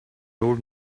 old